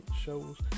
shows